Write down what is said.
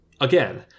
again